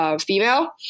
female